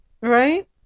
Right